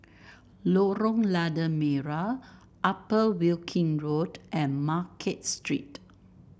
Lorong Lada Merah Upper Wilkie Road and Market Street